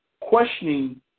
questioning